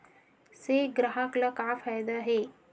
से ग्राहक ला का फ़ायदा हे?